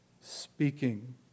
speaking